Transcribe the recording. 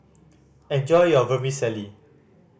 enjoy your Vermicelli